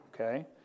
okay